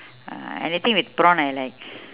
uh anything with prawn I like